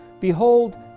Behold